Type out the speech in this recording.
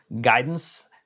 guidance